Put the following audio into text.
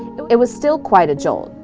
it was still quite a jolt,